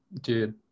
dude